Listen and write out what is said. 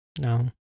No